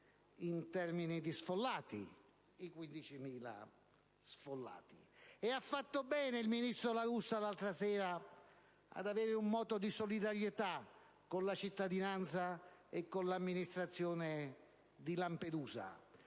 in termini di sfollati (15.000 sfollati). Ha fatto bene il ministro La Russa, l'altra sera, ad aver un moto di solidarietà con la cittadinanza e con l'amministrazione di Lampedusa.